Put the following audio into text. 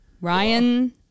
Ryan